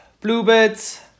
Bluebirds